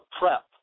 prep